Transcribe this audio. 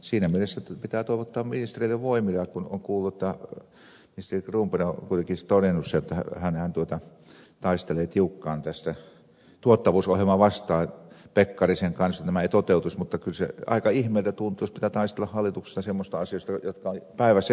siinä mielessä pitää toivottaa ministereille voimia kun olen kuullut jotta ministeri cronberg on kuitenkin todennut jotta hänhän taistelee tiukkaan pekkarisen kanssa tuottavuusohjelmaa vastaan että nämä vähennykset eivät toteutuisi mutta kyllä se aika ihmeeltä tuntuu jos pitää taistella hallituksessa semmoisista asioista jotka ovat päivänselviä